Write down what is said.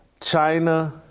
China